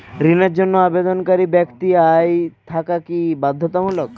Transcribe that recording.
ঋণের জন্য আবেদনকারী ব্যক্তি আয় থাকা কি বাধ্যতামূলক?